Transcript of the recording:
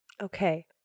okay